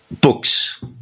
Books